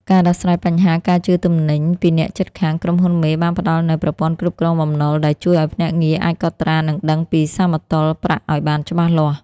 ការដោះស្រាយបញ្ហា "ការជឿទំនិញ" ពីអ្នកជិតខាង ក្រុមហ៊ុនមេបានផ្ដល់នូវ "ប្រព័ន្ធគ្រប់គ្រងបំណុល" ដែលជួយឱ្យភ្នាក់ងារអាចកត់ត្រា និងដឹងពីសមតុល្យប្រាក់ឱ្យបានច្បាស់លាស់។